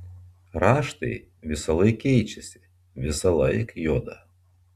raštai visąlaik keičiasi visąlaik juda